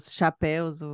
chapéus